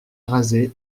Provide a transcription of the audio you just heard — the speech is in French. rasé